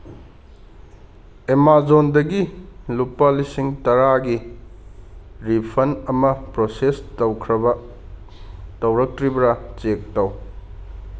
ꯑꯦꯃꯥꯖꯣꯟꯗꯒꯤ ꯂꯨꯄꯥ ꯂꯤꯁꯤꯡ ꯇꯔꯥꯒꯤ ꯔꯤꯐꯟ ꯑꯃ ꯄ꯭ꯔꯣꯁꯦꯁ ꯇꯧꯈ꯭ꯔꯕ ꯇꯧꯔꯛꯇ꯭ꯔꯤꯕ ꯆꯦꯛ ꯇꯧ